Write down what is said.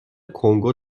کنگو